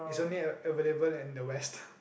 is only a available in the West